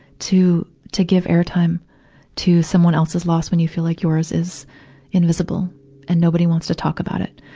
to, to give airtime to someone else's loss when you feel like yours is invisible and nobody wants to talk about it.